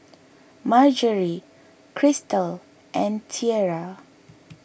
Marjory Cristal and Tiera